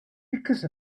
because